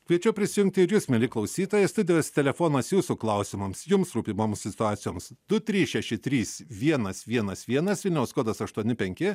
kviečiu prisijungti ir jus mieli klausytojai studijos telefonas jūsų klausimams jums rūpimoms situacijoms du trys šeši trys vienas vienas vienas vilniaus kodas aštuoni penki